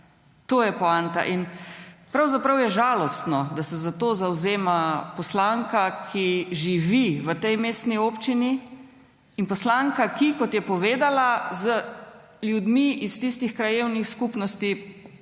To je poanta. In pravzaprav je žalostno, da se za to zavzema poslanka, ki živi v tej mestni občini, in poslanka, ki – kot je povedala – z ljudmi iz tistih krajevnih skupnosti